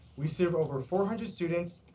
we serve over four hundred students,